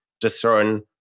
discern